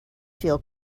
feel